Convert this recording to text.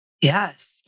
Yes